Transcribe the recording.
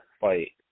fight